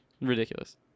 ridiculous